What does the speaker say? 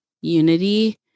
unity